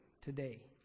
today